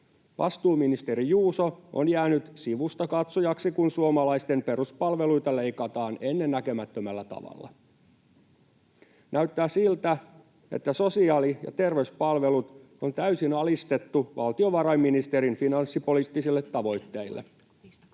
Vastuuministeri Juuso on jäänyt sivustakatsojaksi, kun suomalaisten peruspalveluita leikataan ennen näkemättömällä tavalla. Näyttää siltä, että sosiaali- ja terveyspalvelut on täysin alistettu valtiovarainministerin finanssipoliittisille tavoitteille.